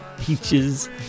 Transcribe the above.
peaches